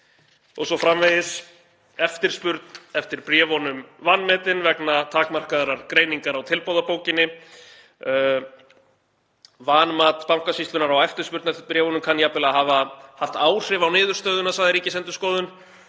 o.s.frv. Eftirspurn eftir bréfunum vanmetin vegna takmarkaðrar greiningar á tilboðabókinni. Vanmat Bankasýslunnar á eftirspurn eftir bréfunum kann jafnvel að hafa haft áhrif á niðurstöðuna, sagði Ríkisendurskoðun,